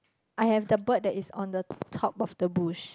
I have the bird that is on the top of the bush